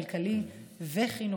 כלכלי וחינוכי.